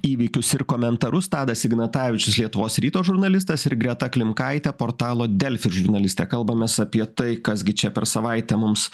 įvykius ir komentarus tadas ignatavičius lietuvos ryto žurnalistas ir greta klimkaitė portalo delfi žurnalistė kalbamės apie tai kas gi čia per savaitę mums